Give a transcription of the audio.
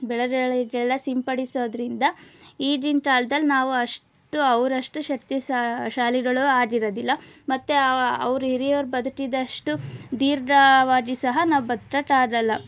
ಬೆಳೆಗಳಿಗೆಲ್ಲ ಸಿಂಪಡಿಸೋದರಿಂದ ಈಗಿನ ಕಾಲ್ದಲ್ಲಿ ನಾವು ಅಷ್ಟು ಅವರಷ್ಟು ಶಕ್ತಿ ಸಾ ಶಾಲಿಗಳು ಆಗಿರೋದಿಲ್ಲ ಮತ್ತೆ ಅವ ಅವ್ರು ಹಿರಿಯರ್ ಬದುಕಿದಷ್ಟು ದೀರ್ಘವಾಗಿ ಸಹ ನಾವು ಬದ್ಕಕೆ ಆಗೊಲ್ಲ